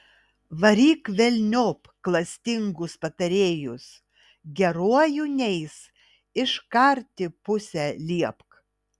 varyk velniop klastingus patarėjus geruoju neis iškarti pusę liepk